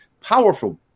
powerful